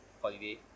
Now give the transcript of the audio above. Holiday